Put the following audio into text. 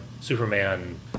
Superman